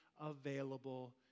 available